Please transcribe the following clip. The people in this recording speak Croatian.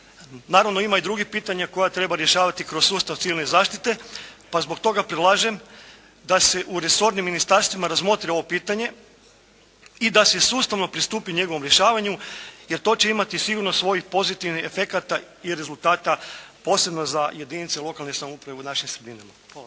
Naravno ima i drugih pitanja koja treba rješavati kroz sustav civilne zaštite, pa zbog toga predlažem da se u resornim ministarstvima razmotri ovo pitanje i da se sustavno pristupi njegovom rješavanju, jer to će imati sigurno svojih pozitivnih efekata i rezultata posebno za jedinice lokalne samouprave u našim sredinama.